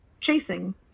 chasing